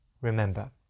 remember